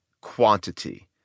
quantity